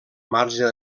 marge